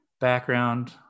background